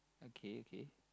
okay okay